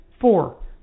Four